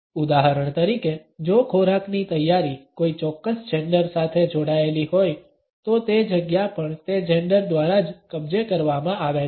ઉદાહરણ તરીકે જો ખોરાકની તૈયારી કોઈ ચોક્કસ જેંડર સાથે જોડાયેલી હોય તો તે જગ્યા પણ તે જેંડર દ્વારા જ કબજે કરવામાં આવે છે